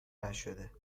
نشده